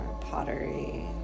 pottery